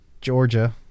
Georgia